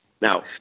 now